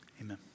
Amen